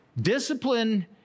Discipline